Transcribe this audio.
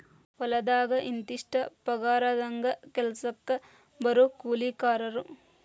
ಹೊಲದಾಗ ಇಂತಿಷ್ಟ ಪಗಾರದಂಗ ಕೆಲಸಕ್ಜ ಬರು ಕೂಲಿಕಾರರು